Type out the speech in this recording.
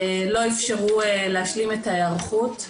לא אפשרו להשלים את ההיערכות.